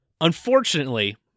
Unfortunately